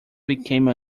became